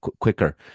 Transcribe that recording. quicker